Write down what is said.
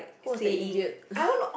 who was the idiot